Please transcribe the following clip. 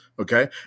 Okay